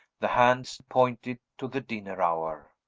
the hands pointed to the dinner hour.